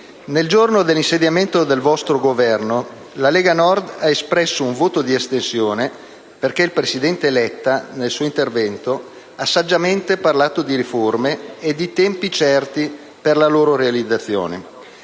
nel giorno dell'insediamento del vostro Governo, la Lega Nord ha espresso un voto di astensione perché il presidente Letta, nel suo intervento, ha saggiamente parlato di riforme e di tempi certi per la loro realizzazione.